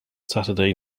saturday